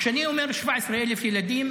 כשאני אומר 17,000 ילדים,